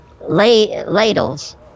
ladles